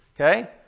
okay